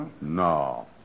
No